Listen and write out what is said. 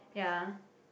ya